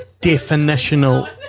definitional